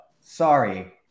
sorry